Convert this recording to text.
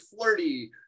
flirty